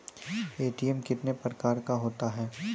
ATM कितने प्रकार का होता हैं?